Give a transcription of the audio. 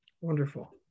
Wonderful